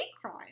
crime